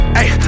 Hey